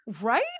Right